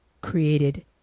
created